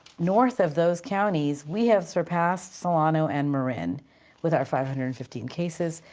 north of those counties, we have surpassed solano and marin with our five hundred and fifteen cases.